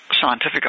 scientific